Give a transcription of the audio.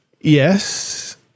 Yes